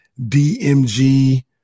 DMG